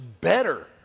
better